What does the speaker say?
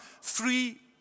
free